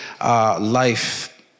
life